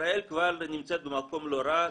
ישראל כבר נמצאת במקום לא רע,